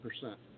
percent